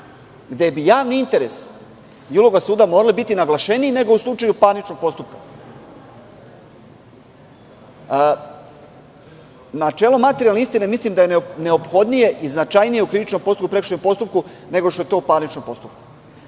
gde bi javni interes ovog suda morao biti naglašeniji u slučaju parničnog postupka. Načelo materijalne istine mislim da je neophodnije i značajnije u krivičnom postupku i prekršajnom postupku, nego što je to u parničnom postupku.